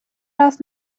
раз